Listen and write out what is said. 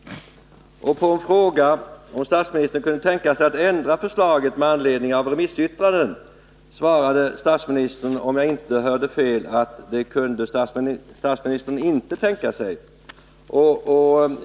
På en fråga om statsministern kunde tänka sig att ändra förslaget med anledning av remissyttranden svarade statsministern, om jag inte hörde fel, att det kunde statsministern inte tänka sig.